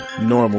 Normal